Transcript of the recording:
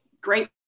great